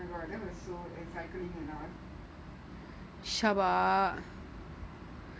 oh my god that was so cycling